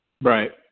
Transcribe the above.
Right